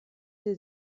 sie